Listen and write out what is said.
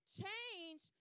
change